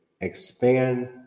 expand